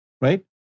Right